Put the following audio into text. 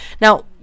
Now